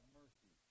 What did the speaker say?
mercy